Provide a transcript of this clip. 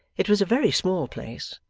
it was a very small place.